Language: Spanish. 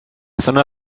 zona